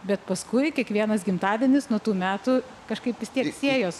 bet paskui kiekvienas gimtadienis nuo tų metų kažkaip vis tiek siejos